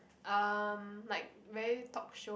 um like very talk show